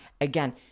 Again